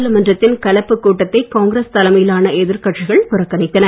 நாடாளுமன்றத்தின் கலப்புக் கூட்டத்தை காங்கிரஸ் தலைமையிலான எதிர் கட்சிகள் புறக்கணித்தன